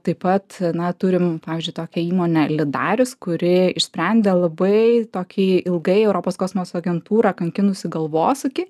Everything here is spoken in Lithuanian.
taip pat na turim pavyzdžiui tokią įmonę lidaris kuri išsprendė labai tokį ilgai europos kosmoso agentūrą kankinusį galvosūkį